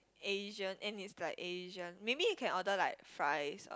Asian and he's like Asian maybe you can order like fries